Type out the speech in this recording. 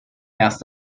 erst